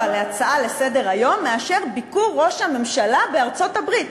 להצעה לסדר-היום מאשר ביקור ראש הממשלה בארצות-הברית.